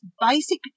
basic